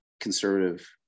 conservative